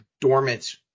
dormant